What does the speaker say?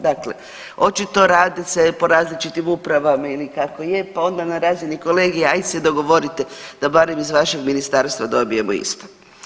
Dakle, očito radi se po različitim upravama ili kako je pa onda na razini kolegija ajd se dogovorite da barem iz vašeg ministarstva dobijemo isto.